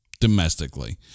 domestically